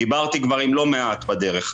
דיברתי כבר עם לא מעט בדרך,